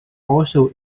also